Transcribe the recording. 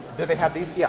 they they have these? yeah